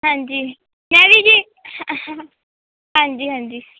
ਹਾਂਜੀ ਮੈਂ ਵੀ ਜੀ ਹਾਂਜੀ ਹਾਂਜੀ